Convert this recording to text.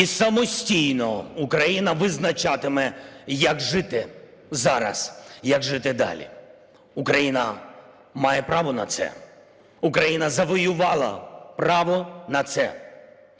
І самостійно Україна визначатиме, як жити зараз, як жити далі. Україна має право на це, Україна завоювала право на це.